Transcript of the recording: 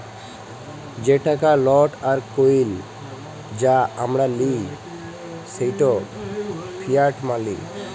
যে টাকা লট আর কইল যা আমরা লিই সেট ফিয়াট মালি